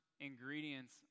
ingredients